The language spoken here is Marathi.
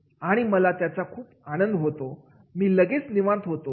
आणि मला त्याचा खूप आनंद होतो मी लगेच निवांत होतो